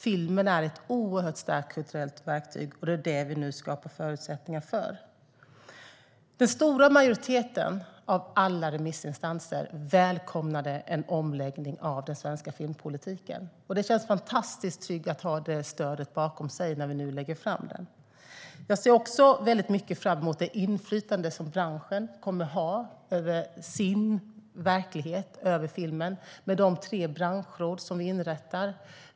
Filmen är ett oerhört starkt kulturellt verktyg, och det är det vi nu skapar förutsättningar för. Den stora majoriteten av alla remissinstanser välkomnade en omläggning av den svenska filmpolitiken, och det känns fantastiskt tryggt att ha det stödet bakom oss när vi nu lägger fram den. Jag ser också mycket fram emot det inflytande som branschen kommer att ha över sin verklighet, över filmen, med de tre branschråd som vi inrättar.